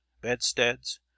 bedsteads